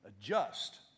adjust